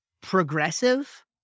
progressive